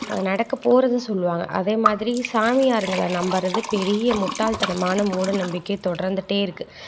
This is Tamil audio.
நடக்க போகிறது சொல்லுவாங்க அதேமாதிரி சாமியாருங்களை நம்புவது பெரிய முட்டாள் தனமான மூட நம்பிக்கை தொடர்ந்துக்கிட்டே இருக்குது